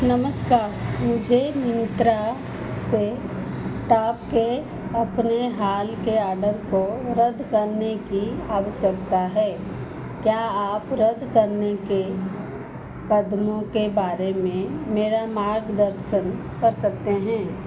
नमस्कार मुझे मिंत्रा से टॉप के अपने हाल के आर्डर को रद्द करने की आवश्यकता है क्या आप रद्द करने के कदमों के बारे में मेरा मार्गदर्शन कर सकते हैं